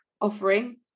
offering